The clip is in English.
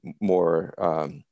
more